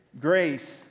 grace